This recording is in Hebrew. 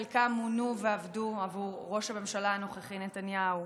חלקם מונו ועבדו עבור ראש הממשלה הנוכחי נתניהו,